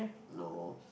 no